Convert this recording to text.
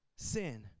sin